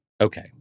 Okay